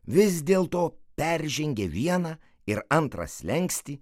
vis dėl to peržengė vieną ir antrą slenkstį